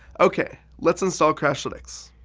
ok, let's install crashlytics.